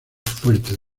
fuerte